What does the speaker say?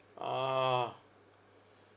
ah